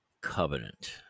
covenant